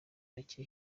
bake